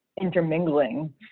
intermingling